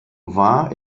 war